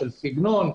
של סגנון,